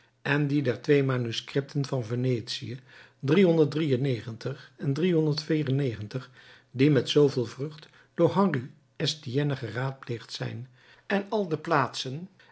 en die der twee manuscripten van venetië en die met zooveel vrucht door henri estienne geraadpleegd zijn en al de plaatsen